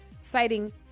citing